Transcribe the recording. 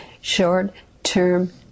short-term